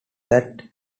that